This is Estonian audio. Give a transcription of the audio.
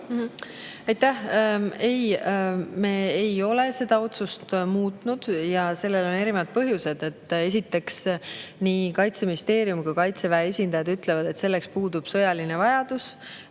Aitäh! Ei, me ei ole seda otsust muutnud ja sellel on erinevad põhjused. Esiteks, nii Kaitseministeeriumi kui ka kaitseväe esindajad ütlevad, et selleks puudub sõjaline vajadus.